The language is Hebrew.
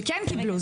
שכן קיבלו,